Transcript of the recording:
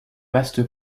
vaste